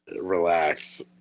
Relax